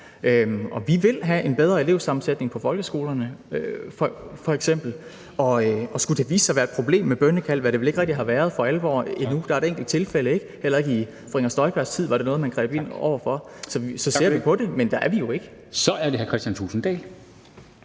er. Vi vil have en bedre elevsammensætning f.eks. i folkeskolerne, og skulle det vise sig at være et problem med bønnekald, hvad det vel ikke rigtig for alvor har været endnu – der har været et enkelt tilfælde, og heller ikke i fru Inger Støjbergs tid var det noget, man greb ind over for – så ser vi på det, men der er vi jo ikke. Kl. 09:53 Formanden